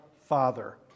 Father